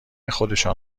خودشان